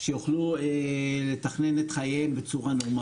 שיוכלו לתכנן את חייהם בצורה נורמלית.